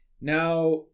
Now